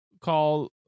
call